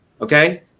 okay